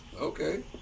Okay